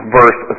verse